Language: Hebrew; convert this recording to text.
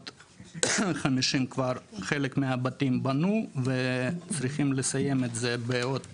ב-2,650 כבר חלק מהבתים בנו וצריכים לסיים את זה בעוד